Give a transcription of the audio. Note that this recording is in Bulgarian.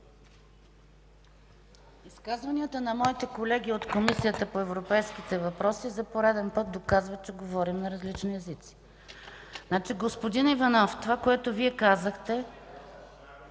Изказванията на моите колеги от Комисията по европейските въпроси за пореден път доказват, че говорим на различни езици. Господин Иванов, това, което Вие казахте,